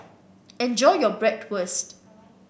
enjoy your Bratwurst